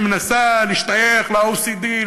שמנסה להשתייך ל-OECD,